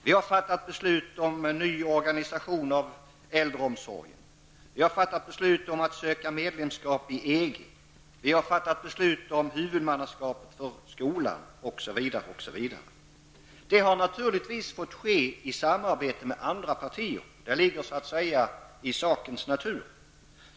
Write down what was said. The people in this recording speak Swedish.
Vi har fattat beslut om ny organisation av äldreomsorgen, om att söka medlemskap i EG, om huvudmannaskapet för skolan osv. Det har naturligtvis fått ske i samarbete med andra partier. Det ligger så att säga i sakens natur.